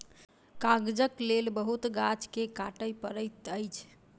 कागजक लेल बहुत गाछ के काटअ पड़ैत अछि